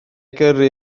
gyrru